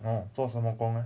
orh 做什么工 leh